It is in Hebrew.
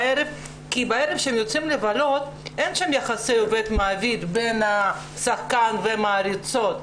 כשהם יוצאים לבלות בערב אין יחסי עובד מעביד בין השחקן והמעריצות,